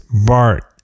Bart